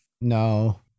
no